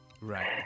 Right